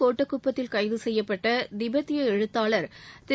கோட்டக்குப்பத்தில் கைது செய்யப்பட்ட திபெத்திய எழுத்தாளர் திரு